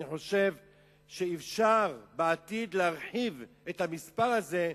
אני חושב שאפשר בעתיד להרחיב את המספר הזה,